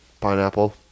Pineapple